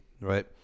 right